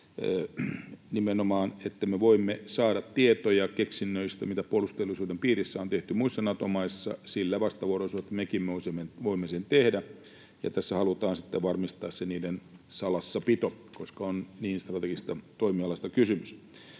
nimenomaan, että me voimme saada tietoja keksinnöistä, mitä puolustusteollisuuden piirissä on tehty muissa Nato-maissa, sillä vastavuoroisuudella, että mekin voimme sen tehdä. Ja tässä halutaan sitten varmistaa se niiden salassapito, koska on niin strategisesta toimialasta kysymys.